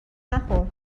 نخور